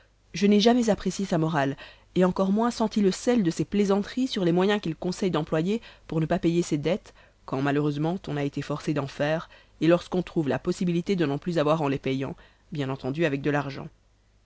je n'ai jamais apprécié sa morale et encore moins senti le sel de ses plaisanteries sur les moyens qu'il conseille d'employer pour ne pas payer ses dettes quand malheureusement on a été forcé d'en faire et lorsqu'on trouve la possibilité de n'en plus avoir en les payant bien entendu avec de l'argent